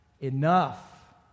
Enough